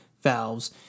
valves